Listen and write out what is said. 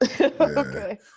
Okay